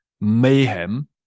mayhem